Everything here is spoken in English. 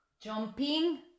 Jumping